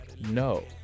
No